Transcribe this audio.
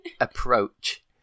approach